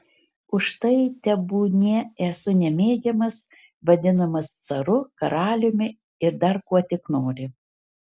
už tai tebūnie esu nemėgiamas vadinamas caru karaliumi ir dar kuo tik nori